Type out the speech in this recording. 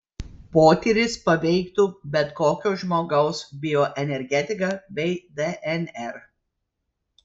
potyris paveiktų bet kokio žmogaus bioenergetiką bei dnr